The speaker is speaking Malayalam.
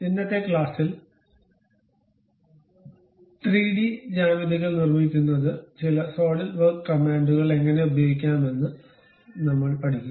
ഇന്നത്തെ ക്ലാസ്സിൽ 3D ജ്യാമിതികൾ നിർമ്മിക്കുന്നതിന് ചില സോളിഡ് വർക്ക് കമാൻഡുകൾ എങ്ങനെ ഉപയോഗിക്കാമെന്ന് നമ്മൾ പഠിക്കും